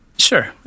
Sure